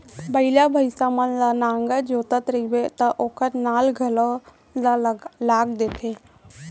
बइला, भईंसा मन ल नांगर जोतत रइबे त ओकर नाल घलौ ल लाग देथे